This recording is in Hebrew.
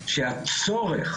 שהצורך